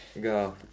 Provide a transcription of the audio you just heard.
Go